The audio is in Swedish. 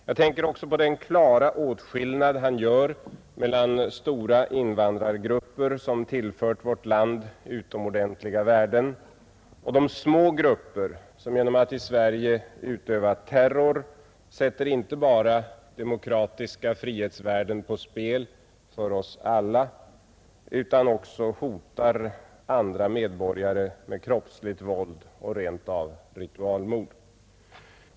Jag tänker också på den klara åtskillnad han gör mellan stora invandrargrupper som tillfört vårt land utomordentliga värden och de små grupper som genom att i Sverige utöva terror inte bara sätter demokratiska frihetsvärden på spel för oss alla utan också hotar andra medborgare med kroppsligt våld och rent av ritualmord.